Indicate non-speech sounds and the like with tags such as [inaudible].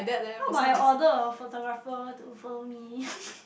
how about I order a photographer to follow me [laughs]